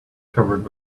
covered